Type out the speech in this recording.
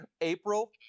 april